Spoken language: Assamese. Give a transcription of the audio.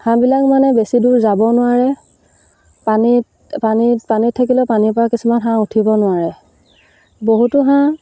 হাঁহবিলাক মানে বেছি দূৰ যাব নোৱাৰে পানীত পানীত পানীত থাকিলেও পানীৰপৰা কিছুমান হাঁহ উঠিব নোৱাৰে বহুতো হাঁহ